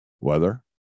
Weather